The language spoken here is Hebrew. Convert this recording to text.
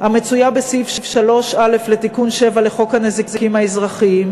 המצויה בסעיף 3א לתיקון 7 לחוק הנזיקים האזרחיים,